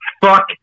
Fuck